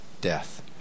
death